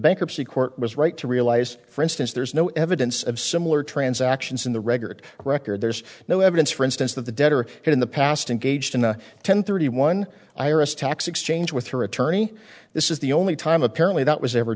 bankruptcy court was right to realise for instance there's no evidence of similar transactions in the record record there's no evidence for instance that the debtor hid in the past and gauged in a ten thirty one iris tax exchange with her attorney this is the only time apparently that was ever